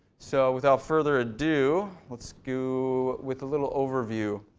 so without further ado. let's go with a little overview.